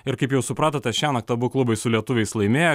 ir kaip jau supratote šiąnakt abu klubai su lietuviais laimėjo